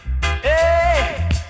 Hey